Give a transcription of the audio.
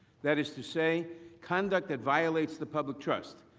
that is to say conduct that violated the public trust.